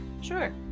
sure